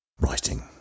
writing